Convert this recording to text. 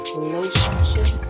relationship